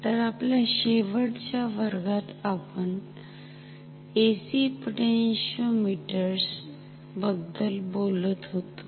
तर आपल्या शेवटच्या वर्गात आपण AC पोटॅन्शिओमिटर्स बद्दल बोलत होतो